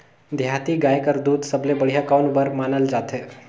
देहाती गाय कर दूध सबले बढ़िया कौन बर मानल जाथे?